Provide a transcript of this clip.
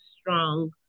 strong